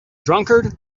drunkard